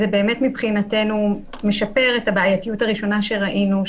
מבחינתנו זה באמת משפר את הבעייתיות הראשונה שראינו,